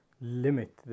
limit